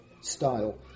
style